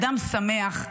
אדם שמח,